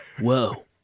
Whoa